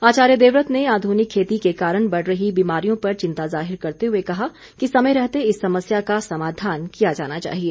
आचार्य देवव्रत ने आधुनिक खेती के कारण बढ़ रही बीमारियों पर चिंता जाहिर करते हुए कहा कि समय रहते इस समस्या का समाधान किया जाना चाहिए